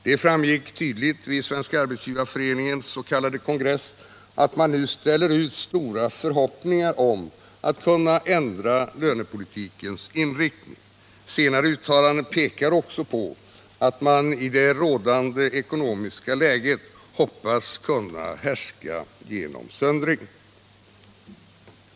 Det framgick tydligt vid Svenska arbetsgivareföreningens s.k. kongress att man nu ställer ut stora förhoppningar om att kunna ändra lönepolitikens inriktning. Senare uttalanden pekar också på att man i det rådande ekonomiska läget hoppas kunna härska genom söndring.